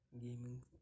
gaming